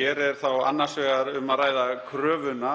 Hér er annars vegar um að ræða kröfuna